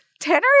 Tanner